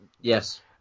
Yes